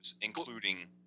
including